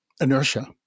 inertia